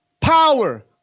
power